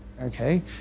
okay